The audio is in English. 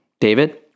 David